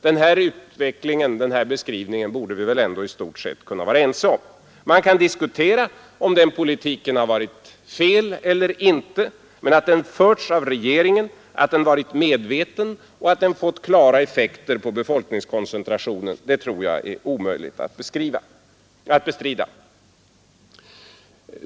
Den beskrivningen av utvecklingen borde vi väl ändå i stort sett kunna vara ense om. Man kan diskutera om den politiken har varit felaktig eller inte, men att den förts av regeringen, att den har varit medveten och att den har fått klara effekter på befolkningskoncentrationen tror jag är omöjligt att bestrida.